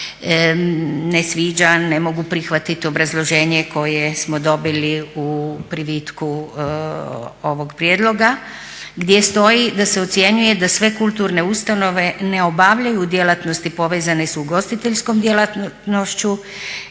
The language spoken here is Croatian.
ne sviđa, ne mogu prihvatiti obrazloženje koje smo dobili u privitku ovog prijedloga gdje stoji da se ocjenjuje da sve kulturne ustanove ne obavljaju djelatnosti povezane sa ugostiteljskom djelatnošću